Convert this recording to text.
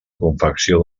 confecció